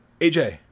AJ